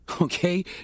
Okay